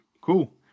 Cool